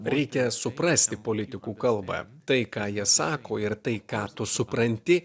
reikia suprasti politikų kalbą tai ką jie sako ir tai ką tu supranti